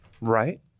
Right